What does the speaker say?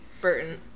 Burton